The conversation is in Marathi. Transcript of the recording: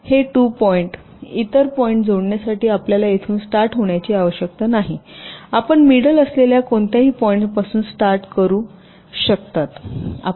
हे 2 पॉईंट इतर पॉईंट जोडण्यासाठी आपल्याला येथून स्टार्ट होण्याची आवश्यकता नाही आपण मिडल असलेल्या कोणत्याही पॉईंटपासून स्टार्ट करू शकता